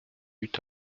eut